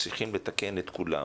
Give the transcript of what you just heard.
צריכים לתקן את כולם,